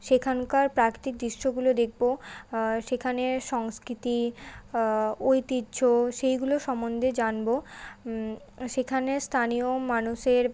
সেখানকার প্রাকৃতিক দৃশ্যগুলো দেখব সেখানের সংস্কৃতি ঐতিহ্য সেইগুলো সম্বন্ধে জানব সেখানে স্থানীয় মানুষের